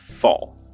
fall